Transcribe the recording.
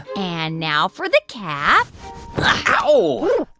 and now for the cap ow ah,